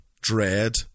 dread